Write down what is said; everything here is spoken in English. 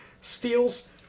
steals